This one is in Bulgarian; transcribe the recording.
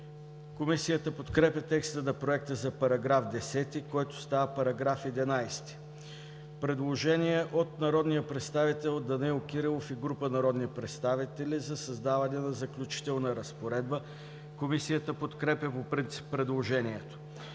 Комисията подкрепя текста на проекта за § 10, който става § 11. Предложение на народния представител Данаил Кирилов и група народни представители за създаване на Заключителна разпоредба. Комисията подкрепя по принцип предложението.